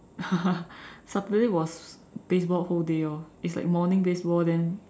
Saturday was baseball whole day orh it's like morning baseball then